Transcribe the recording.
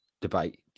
debate